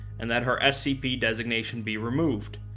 and that her scp designation be removed,